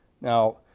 Now